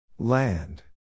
Land